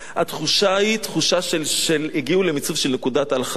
התחושה היא תחושה שהגיעו למציאות של נקודת אל-חזור.